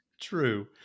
True